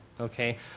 okay